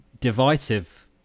divisive